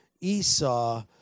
Esau